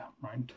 right